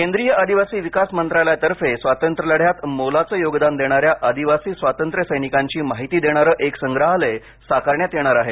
केंद्रीय आदिवासी विकास मंत्रालयातर्फे स्वातंत्र्यलढ्यात मोलाचं योगदान देणाऱ्या आदिवासी स्वातंत्र्य सैनिकांची माहिती देणारे एक संग्रहालय साकारण्यात येणार आहे